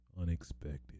unexpected